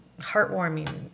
heartwarming